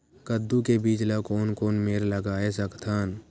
कददू के बीज ला कोन कोन मेर लगय सकथन?